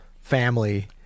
family